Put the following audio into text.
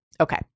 Okay